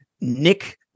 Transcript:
Nick